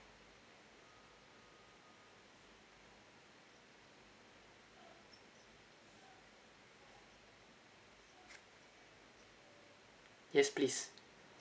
yes please